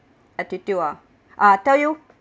attitude ah I tell you